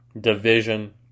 division